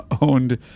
owned